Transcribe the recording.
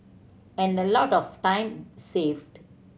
and a lot of time saved